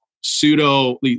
pseudo